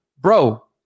Bro